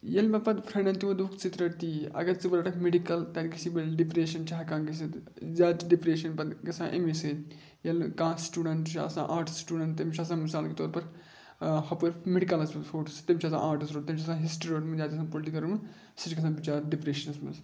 ییٚلہِ مےٚ پَتہٕ فرٛٮ۪نٛڈَن تِہِ ووٚن دوٚپُکھ ژٕ رَٹ تی اگر ژٕ وٕ رَٹان میٚڈِکَل تَتہِ گژھِ بٔلۍ ڈِپرٛٮ۪شَن چھِ ہٮ۪کان گٔژھِتھ زیادٕ چھِ ڈِپرٛٮ۪شَن پَتہٕ گژھان اَمی سۭتۍ ییٚلہِ نہٕ کانٛہہ سٹوٗڈنٛٹ چھُ آسان آٹٕس سٹوٗڈنٛٹ تٔمِس چھُ آسان مِثال طور پَر ہَپٲرۍ میڈِکَلَس منٛز فوٹو سۭتۍ تٔمۍ چھُ آسان آٹٕس روٚٹمُت تٔمۍ چھُ آسان ہِسٹرٛی روٚٹمُت یا چھِ آسان پُلٹِکَل روٚٹمُت سُہ چھُ گژھان بِچار ڈِپریشنَس منٛز